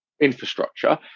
infrastructure